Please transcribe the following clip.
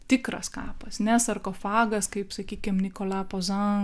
tikras kapas ne sarkofagas kaip sakykim nikola pozan